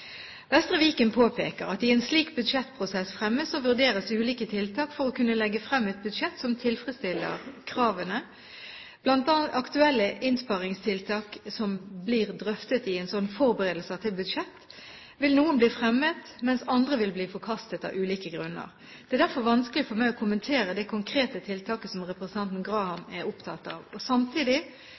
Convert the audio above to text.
Vestre Viken påpeker at det i en slik budsjettprosess fremmes og vurderes ulike tiltak for å kunne legge frem et budsjett som tilfredsstiller kravene. Blant aktuelle innsparingstiltak som blir drøftet i en slik forberedelse til budsjett, vil noen bli fremmet, mens andre vil bli forkastet av ulike grunner. Det er derfor vanskelig for meg å kommentere det konkrete tiltaket som representanten Graham er opptatt av. Samtidig